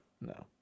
No